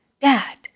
Dad